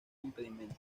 impedimento